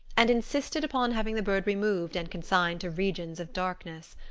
and insisted upon having the bird removed and consigned to regions of darkness.